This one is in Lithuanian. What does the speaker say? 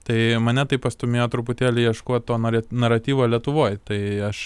tai mane taip pastūmėjo truputėlį ieškot to nara naratyvo lietuvoj tai aš